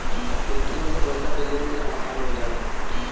ATM से पइसा के लेन देन आसान हो जाला